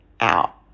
out